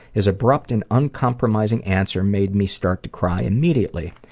his abrupt and uncompromising answer made me start to cry immediately.